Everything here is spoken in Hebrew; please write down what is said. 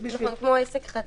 הוא כמו עסק חדש.